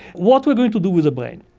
what we are going to do with the brain.